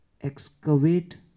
Excavate